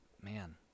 man